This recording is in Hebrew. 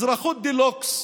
אזרחות דה לוקס,